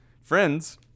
friends